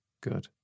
Good